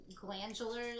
glandular